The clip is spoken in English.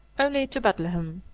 only to bethlehem.